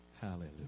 hallelujah